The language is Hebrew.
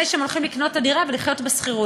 לפני שהם הולכים לקנות את הדירה ולחיות בשכירות.